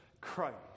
Christ